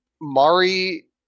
Mari